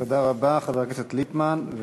תודה רבה, חבר הכנסת ליפמן.